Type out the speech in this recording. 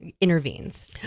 intervenes